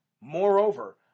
Moreover